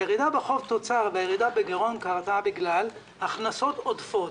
הירידה בחוב תוצר והירידה בגירעון קרתה בגלל הכנסות עודפות,